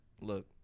look